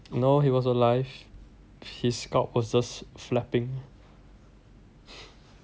no he was alive his scalp was just flapping